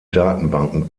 datenbanken